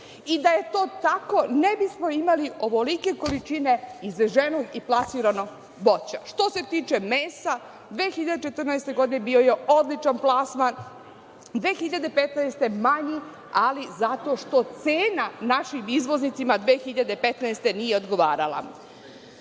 I, da je to tako ne bismo imali ovolike količine izveženog i plasiranog voća. Što se tiče mesa, 2014. godine bio je odličan plasman, a 2015. godine manji, ali zato što cena našim izvoznicima 2015. godine nije odgovarala. Mi